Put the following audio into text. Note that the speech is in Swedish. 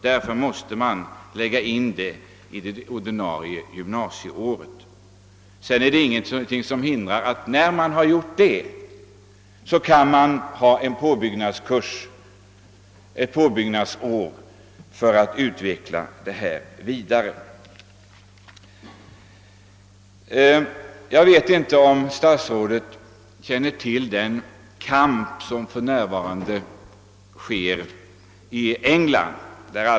Därför måste denna utbildning ges under det ordinarie gymnasieåret. Sedan är det ingenting som hindrar att man också har ett påbyggnadsår för vidare utbildning. Jag vet inte om statsrådet känner till den kamp som för närvarande pågår i England.